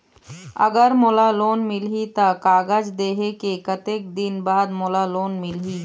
अगर मोला लोन मिलही त कागज देहे के कतेक दिन बाद मोला लोन मिलही?